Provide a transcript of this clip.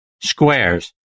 Squares